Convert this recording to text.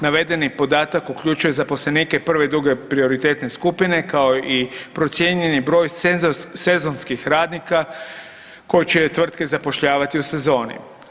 Navedeni podatak uključuje zaposlenike prve i druge prioritetne skupine kao i procijenjeni broj sezonskih radnika koje će tvrtke zapošljavati u sezoni.